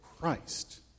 Christ